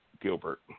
Gilbert